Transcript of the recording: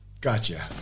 Gotcha